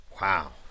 Wow